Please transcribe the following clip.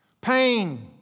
Pain